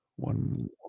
One